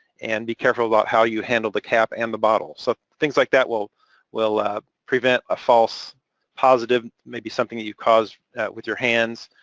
and be careful about how you handle the cap and the bottle. so things like that will will ah um prevent a false positive, maybe something that you cause with your hands